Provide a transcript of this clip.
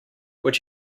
would